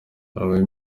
harabaye